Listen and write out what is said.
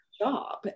job